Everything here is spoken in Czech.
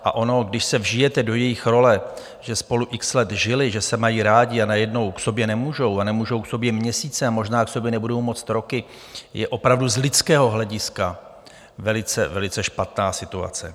A ono, když se vžijete do jejich role, že spolu x let žili, že se mají rádi, a najednou k sobě nemůžou, nemůžou k sobě měsíce a možná k sobě nebudou moci roky, je opravdu z lidského hlediska velice, velice špatná situace.